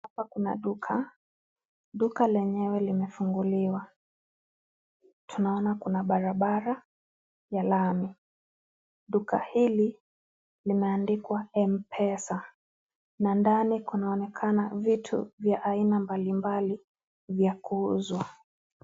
Hapa kuna duka. Duka lenyewe limefunguliwa. Tunaona kuna barabara ya lami. Duka hili limeandikwa m-pesa na ndani kunaonekana vitu vya aina mbali mbali vya kuuzwa.